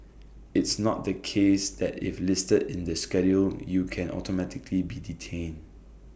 it's not the case that if listed in the schedule you can automatically be detained